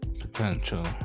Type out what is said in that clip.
Potential